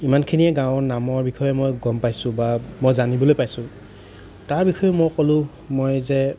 ইমানখিনিয়ে গাঁৱৰ নামৰ বিষয়ে মই গম পাইছোঁ বা মই জানিবলৈ পাইছোঁ তাৰ বিষয়ে মই ক'লো মই যে